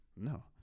no